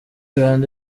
rwanda